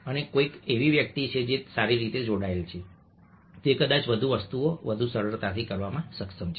અને કોઈક એવી વ્યક્તિ છે જે સારી રીતે જોડાયેલ છે તે કદાચ વધુ વસ્તુઓ વધુ સરળતાથી કરવામાં સક્ષમ છે